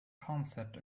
concept